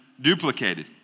duplicated